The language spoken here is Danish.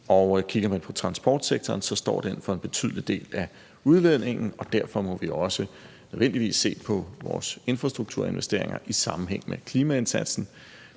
og kigger man på transportsektoren, står den for en betydelig del af udledningen, og derfor må vi også nødvendigvis se på vores infrastrukturinvesteringer i sammenhæng med klimaindsatsen.